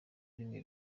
rimwe